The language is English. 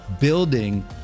building